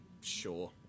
sure